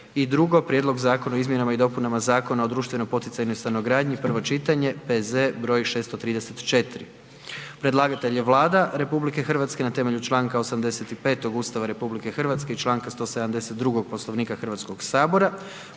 i drugo - Prijedlog zakona o izmjenama i dopunama Zakona o društveno poticajnoj stanogradnji, prvo čitanje, P.Z. br. 634, Predlagatelj je Vlada RH na temelju čl. 85. Ustava RH i čl. 172. Poslovnika HS-a.